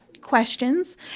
questions